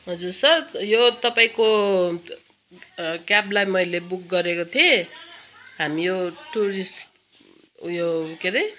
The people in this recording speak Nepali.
हजुर सर यो तपाईँको क्याबलाई मैले बुक गरेको थिएँ हामी यो टुरिस्ट उयो के रे